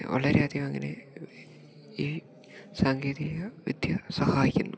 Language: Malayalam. വളരെയധികം അങ്ങനെ ഈ സാങ്കേതിക വിദ്യ സഹായിക്കുന്നു